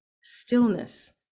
stillness